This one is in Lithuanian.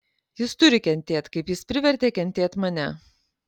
jis turi kentėt kaip jis privertė kentėt mane